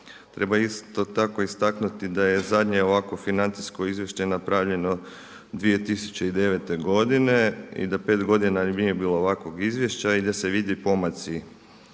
Treba isto tako istaknuti da je zadnje ovakvo financijsko izvješće napravljeno 2009. godine i da 5 godina nije bilo ovakvog izvješća i da se vide pomaci